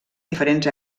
diferents